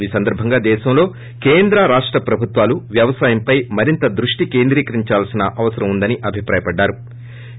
ఈ సందర్బంగా దేశంలో కేంద్ర రాష్ట ప్రభుత్వాలు వ్యవసాయంపై మరెంత దృష్టిని కేంద్రీకరించాల్సిన అవసరం ఉందని ఆయన అభిప్రాయపడ్లారు